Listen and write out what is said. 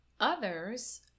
Others